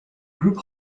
group